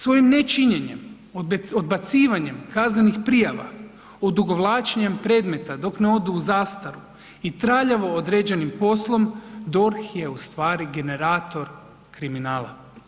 Svojim nečinjenjem, odbacivanjem kaznenih prijava, odugovlačenjem predmeta dok ne odu zastaru i traljavo odrađenim poslom DORH je ustvari generator kriminala.